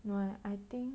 no eh I think